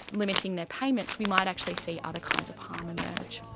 limiting their payments, we might actually see other kinds of harm emerge.